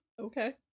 Okay